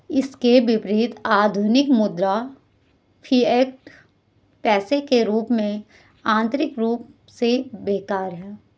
इसके विपरीत, आधुनिक मुद्रा, फिएट पैसे के रूप में, आंतरिक रूप से बेकार है